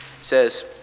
says